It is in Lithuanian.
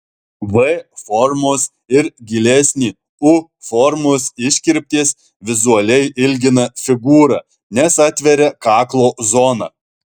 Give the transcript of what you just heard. v formos ir gilesnė u formos iškirptės vizualiai ilgina figūrą nes atveria kaklo zoną